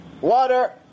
water